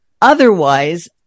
Otherwise